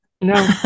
No